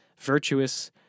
virtuous